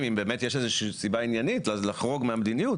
למרות שפה זה סוגיות מדיניות, חוץ מהעיצומים.